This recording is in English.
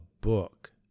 book